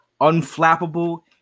unflappable